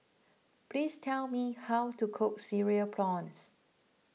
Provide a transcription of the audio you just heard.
please tell me how to cook Cereal Prawns